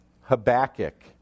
Habakkuk